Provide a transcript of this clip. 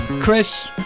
Chris